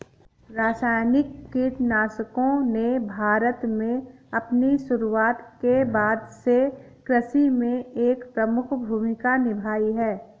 रासायनिक कीटनाशकों ने भारत में अपनी शुरूआत के बाद से कृषि में एक प्रमुख भूमिका निभाई हैं